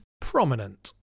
prominent